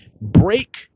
Break